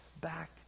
back